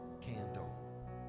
candle